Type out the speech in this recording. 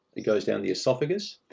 it goes down the esophagus.